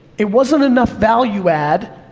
it wasn't enough value add,